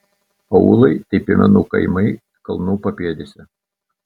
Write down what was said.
aūlai tai piemenų kaimai kalnų papėdėse